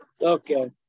okay